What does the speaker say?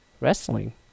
wrestling